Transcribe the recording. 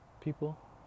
people